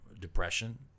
depression